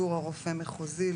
המאוחדת.